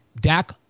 Dak